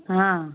हाँ